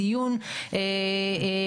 ייאמר